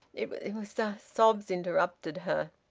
it was a sobs interrupted her.